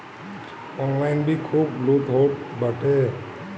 online भी खूब लूट होत बाटे